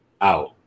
out